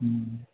हम्म